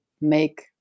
make